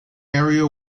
area